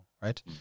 right